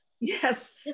Yes